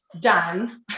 done